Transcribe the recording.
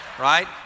Right